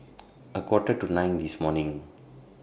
A Quarter to nine This morning